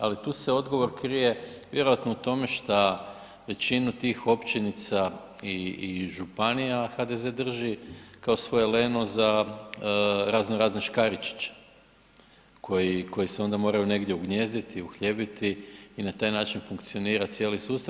Ali tu se odgovor krije vjerojatno u tome šta većinu tih općinica i županija HDZ drži kao svoje leno za razno razne Škaričiće koji se onda moraju negdje ugnijezditi, uhljebiti i na taj način funkcionira cijeli sustav.